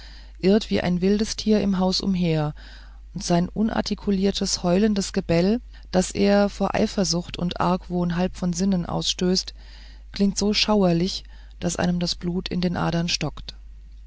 irrt wie ein wildes tier im hause umher und sein unartikuliertes heulendes gebell das er vor eifersucht und argwohn halb von sinnen ausstößt klingt so schauerlich daß einem das blut in den adern stockt